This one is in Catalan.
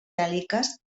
bèl·liques